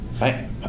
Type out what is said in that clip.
Right